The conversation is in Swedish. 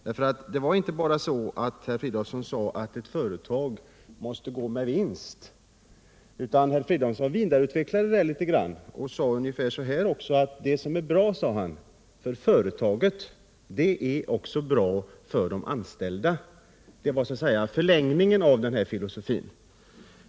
Herr Fridolfsson sade inte bara att ett företag måste gå med vinst utan han vidareutvecklade det och sade ungefär att det som är bra för företagen också är bra för de anställda. Det var förlängningen av hans filosofi.